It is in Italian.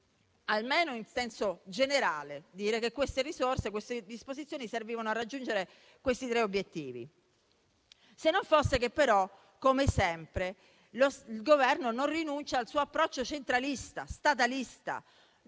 almeno in senso generale, dire che queste risorse, queste disposizioni, servivano a raggiungere questi tre obiettivi. Questo, però, se il Governo, come sempre, non rinuncia al suo approccio centralista e statalista.